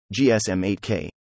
GSM8K